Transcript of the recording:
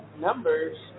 Numbers